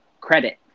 credit